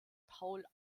paul